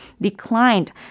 declined